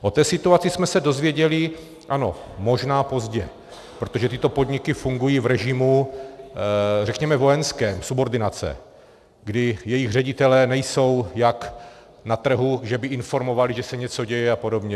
O té situaci jsme se dozvěděli, ano, možná pozdě, protože tyto podniky fungují v režimu, řekněme, vojenském, subordinace, kdy jejich ředitelé nejsou jak na trhu, že by informovali, že se něco děje apod.